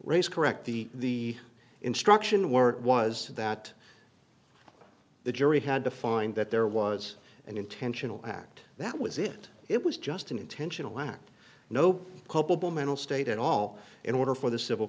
race correct the instruction word was that the jury had to find that there was an intentional act that was it it was just an intentional act no culpable mental state at all in order for the civil